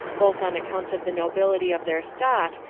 both on account of the nobility of their stock,